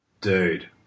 Dude